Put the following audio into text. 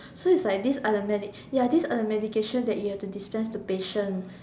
so is like these are the medi~ ya these are medications that you have to dispense to patients